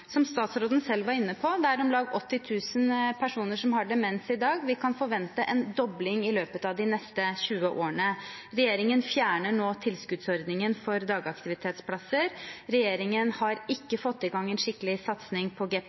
Som statsråden selv var inne på: Det er om lag 80 000 personer som har demens i dag. Vi kan forvente en dobling i løpet av de neste 20 årene. Regjeringen fjerner nå tilskuddsordningen for dagaktivitetsplasser. Regjeringen har ikke fått i gang en skikkelig satsing på